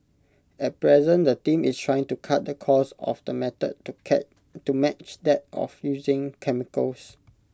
at present the team is trying to cut the cost of the method to match that of using chemicals